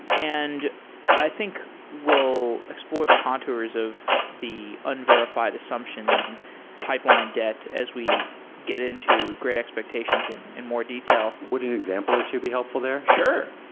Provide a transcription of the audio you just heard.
and i think we'll explore the contours of the unverifi ed assumptions and pipeline debt as we get into great expectations and in more detail. would an example or two be helpful there? sure.